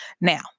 Now